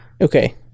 Okay